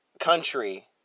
Country